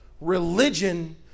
religion